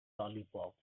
lollipop